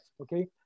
Okay